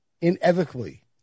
inevitably